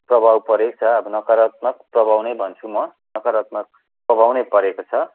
प्रभाव परेको छ अब नकारात्मक प्रभाव नै भन्छु म नकारात्मक प्रभाव नै परेको छ